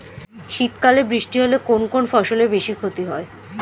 শীত কালে বৃষ্টি হলে কোন কোন ফসলের বেশি ক্ষতি হয়?